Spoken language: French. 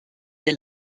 est